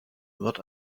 what